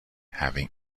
having